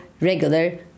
regular